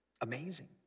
amazing